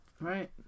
right